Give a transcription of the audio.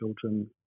children